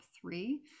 three